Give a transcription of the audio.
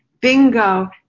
bingo